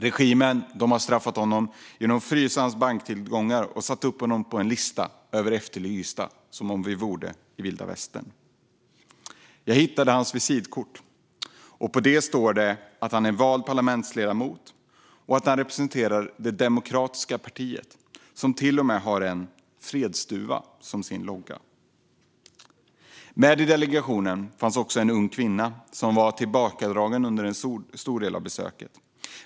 Regimen har straffat honom genom att frysa hans banktillgångar och sätta upp honom på en lista över efterlysta, som om vi vore i vilda västern. Jag hittade hans visitkort. På det står det att han är vald parlamentsledamot och att han representerar det demokratiska partiet, som till och med har en fredsduva som sin logga. I delegationen fanns också en ung kvinna, som var tillbakadragen under en stor del av besöket.